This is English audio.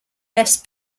less